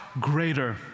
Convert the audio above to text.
greater